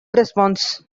response